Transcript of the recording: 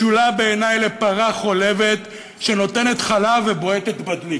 משולה בעיני לפרה חולבת שנותנת חלב ובועטת בדלי,